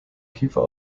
kiefer